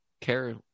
care